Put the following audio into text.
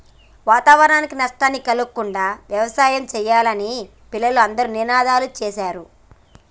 వాతావరణానికి నష్టాన్ని కలిగించకుండా యవసాయం సెయ్యాలని పిల్లలు అందరూ నినాదాలు సేశారు